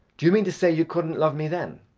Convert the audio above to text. do you mean to say you couldn't love me then?